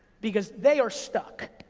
because they are stuck,